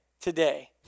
today